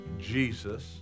Jesus